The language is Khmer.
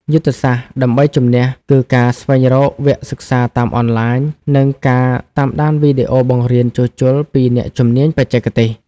យុទ្ធសាស្ត្រដើម្បីជំនះគឺការស្វែងរកវគ្គសិក្សាតាមអនឡាញ និងការតាមដានវីដេអូបង្រៀនជួសជុលពីអ្នកជំនាញបរទេស។